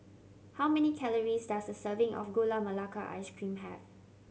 how many calories does a serving of Gula Melaka Ice Cream have